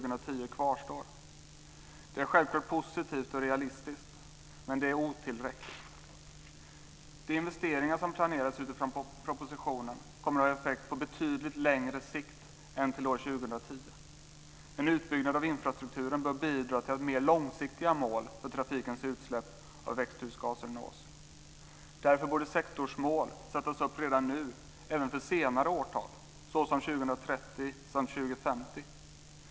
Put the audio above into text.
Det är självklart positivt och realistiskt, men det är otillräckligt. De investeringar som planeras utifrån propositionen kommer att ha effekt på betydligt längre sikt än till år 2010. En utbyggnad av infrastrukturen bör bidra till att mer långsiktiga mål för trafikens utsläpp av växthusgaser nås. Därför borde sektorsmål sättas upp redan nu även för senare årtal såsom 2030 samt för 2050.